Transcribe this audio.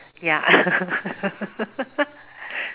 ya